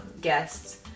guests